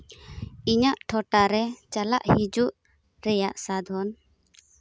ᱤᱧᱟᱹᱜ ᱴᱚᱴᱷᱟᱨᱮ ᱪᱟᱞᱟᱜ ᱦᱤᱡᱩᱜ ᱨᱮᱭᱟᱜ ᱥᱟᱫᱷᱚᱱ